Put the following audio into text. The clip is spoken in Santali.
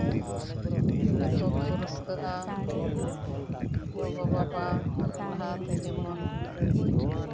ᱡᱚᱛᱚ ᱜᱮᱠᱚ ᱨᱟᱹᱥᱠᱟᱹᱜᱼᱟ ᱜᱚᱜᱚ ᱵᱟᱵᱟ ᱞᱟᱦᱟᱛᱮ ᱡᱮᱢᱚᱱ